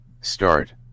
Start